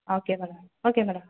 okay madam okay madam